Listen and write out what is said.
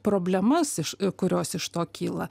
problemas iš kurios iš to kyla